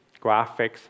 graphics